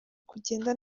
kugenda